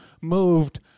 moved